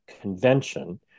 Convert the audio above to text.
convention